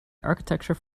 architecture